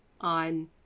on